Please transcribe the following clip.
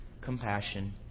compassion